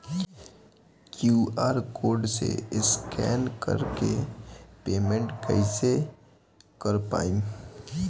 QR code से scan कर के पेमेंट कइसे कर पाएम?